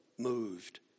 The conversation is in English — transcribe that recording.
moved